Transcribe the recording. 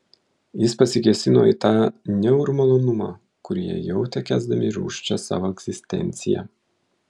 jis pasikėsino į tą niaurų malonumą kurį jie jautė kęsdami rūsčią savo egzistenciją